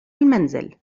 المنزل